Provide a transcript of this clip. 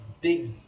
big